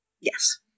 Yes